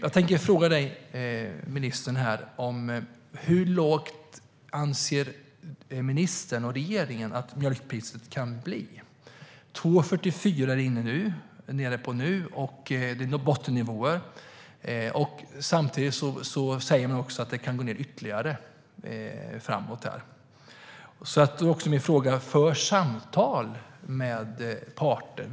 Jag tänkte fråga ministern hur lågt han och regeringen anser att mjölkpriset kan bli. Det nere på 2,44 nu, vilket är bottennivåer. Samtidigt säger man att det kan gå ned ytterligare framöver. Min fråga är om det förs samtal med parter.